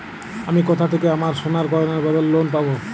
আমি কোথা থেকে আমার সোনার গয়নার বদলে লোন পাবো?